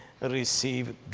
receive